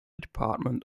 department